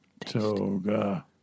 Toga